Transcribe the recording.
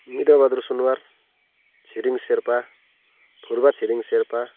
Mitrabahadur Sunuwar Chhiring Sherpa Phurba Chhiring Sherpa